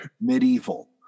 medieval